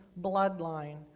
bloodline